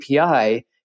API